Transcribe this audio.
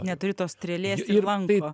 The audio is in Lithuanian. neturi tos strėlės ir lanko